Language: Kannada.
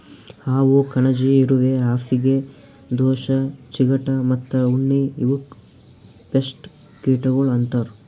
ಹಾವು, ಕಣಜಿ, ಇರುವೆ, ಹಾಸಿಗೆ ದೋಷ, ಚಿಗಟ ಮತ್ತ ಉಣ್ಣಿ ಇವುಕ್ ಪೇಸ್ಟ್ ಕೀಟಗೊಳ್ ಅಂತರ್